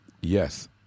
Yes